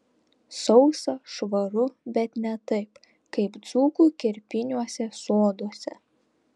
sausa švaru bet ne taip kaip dzūkų kerpiniuose soduose